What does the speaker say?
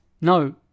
No